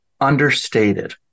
understated